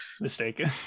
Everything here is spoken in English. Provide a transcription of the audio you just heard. mistaken